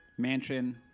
Mansion